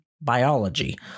Biology